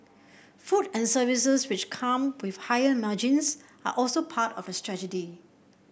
food and services which come with higher margins are also part of the strategy